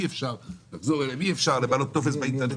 אי אפשר לחזור אליכם, אי אפשר למלא טופס באינטרנט.